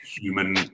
human